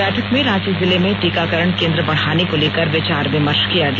बैठक में रांची जिले में टीकाकरण केंद्र बढ़ाने को लेकर विचार विमर्श किया गया